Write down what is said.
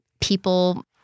People